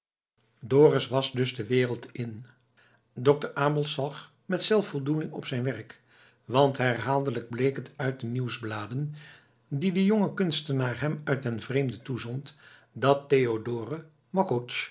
dorus was dus de wereld in dokter abels zag met zelfvoldoening op zijn werk want herhaaldelijk bleek het uit de nieuwsbladen die de jonge kunstenaar hem uit den vreemde toezond dat